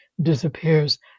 disappears